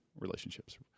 relationships